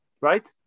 right